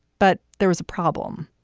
but there was a problem.